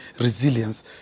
resilience